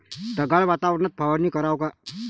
ढगाळ वातावरनात फवारनी कराव का?